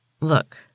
Look